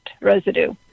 residue